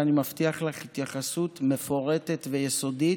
ואני מבטיח לך התייחסות מפורטת ויסודית,